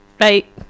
Right